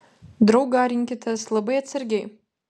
draugą rinkitės labai atsargiai